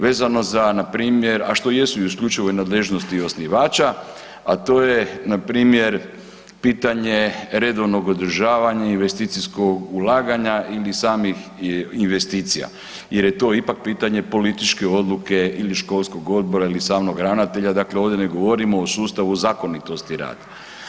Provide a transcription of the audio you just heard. Vezano za npr. a što jesu u isključivoj nadležnosti osnivača a to je npr. pitanje redovnog održavanja, investicijskog ulaganja ili samih investicija jer je to ipak pitanje političke odluke ili školskog odbora ili samog ravnatelja, dakle ovdje ne govorimo o sustavu zakonitosti rada.